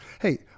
Hey